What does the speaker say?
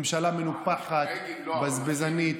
ממשלה מנופחת, הנורבגים לא, אבל, בזבזנית.